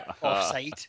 Offside